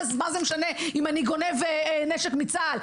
אחרת מה זה משנה אם אני גונב נשק מצה״ל?